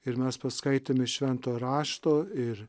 ir mes paskaitėme švento rašto ir